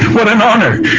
what an honor.